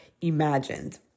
imagined